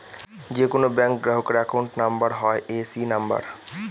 যে কোনো ব্যাঙ্ক গ্রাহকের অ্যাকাউন্ট নাম্বার হয় এ.সি নাম্বার